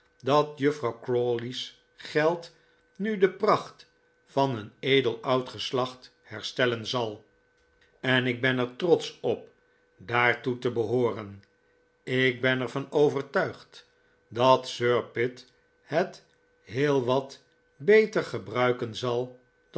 dat juffrouw crawley's geld nu de pracht van een edel oud geslacht herstellen zal en ik ben er trotsch op daartoe te behooren ik ben er van overtuigd dat sir pitt het heel wat beter gebruiken zal